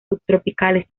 subtropicales